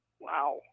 Wow